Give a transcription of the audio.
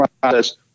process